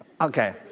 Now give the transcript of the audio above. okay